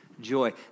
joy